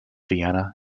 vienna